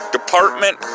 Department